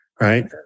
right